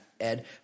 Ed